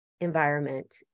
environment